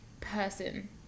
person